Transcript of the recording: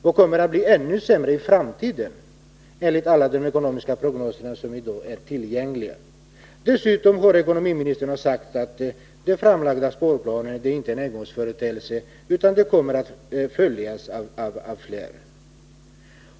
Den kommer att bli ännu sämre i framtiden — enligt de ekonomiska prognoser som i dag är tillgängliga. Dessutom har ekonomiministern sagt att den framlagda sparplanen inte är en engångsföreteelse utan att den kommer att följas av fler.